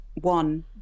one